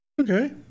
Okay